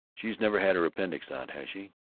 she's never had her appendix out has she?